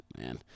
man